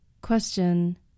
Question